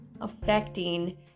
affecting